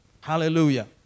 Hallelujah